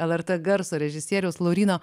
lrt garso režisieriaus lauryno